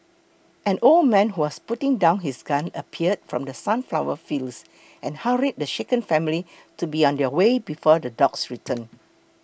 an old man who was putting down his gun appeared from the sunflower fields and hurried the shaken family to be on their way before the dogs return